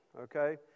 okay